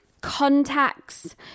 contacts